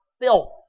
filth